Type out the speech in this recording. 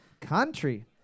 country